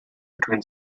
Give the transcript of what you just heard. between